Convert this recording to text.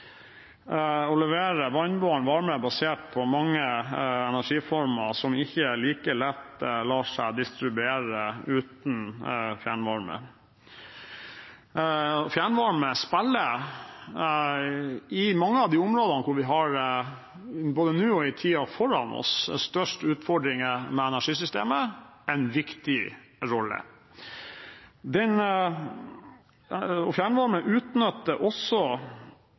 Å levere vannbåren varme er basert på mange energiformer som ikke like lett lar seg distribuere uten fjernvarme. Fjernvarme spiller, i mange av de områdene hvor vi både nå og i tiden foran oss har størst utfordringer med energisystemet, en viktig rolle. Fjernvarme utnytter også